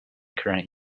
current